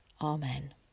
Amen